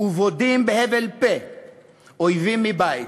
ובודים בהבל פה אויבים מבית.